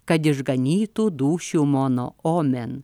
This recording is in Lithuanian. kad išganytų dūšių mono omen